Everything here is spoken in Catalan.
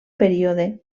període